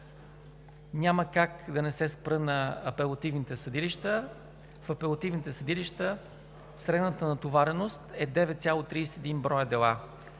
Няма как да не се спра на апелативните съдилища. В тях средната натовареност е 9,31 броя дела,